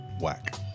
whack